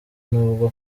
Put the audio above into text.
nubwo